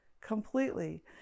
completely